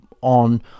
on